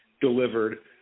delivered